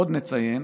עוד נציין